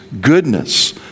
goodness